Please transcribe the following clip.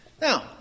Now